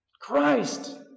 Christ